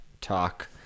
talk